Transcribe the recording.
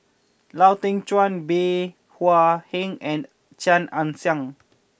Lau Teng Chuan Bey Hua Heng and Chia Ann Siang